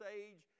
age